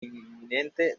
inminente